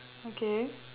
okay